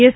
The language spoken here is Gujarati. એસ